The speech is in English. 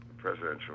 presidential